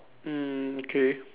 mm okay